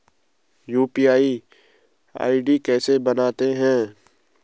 UPI ID कैसे बनाते हैं?